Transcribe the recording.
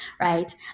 right